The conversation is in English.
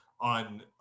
on